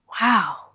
Wow